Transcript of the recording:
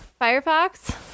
Firefox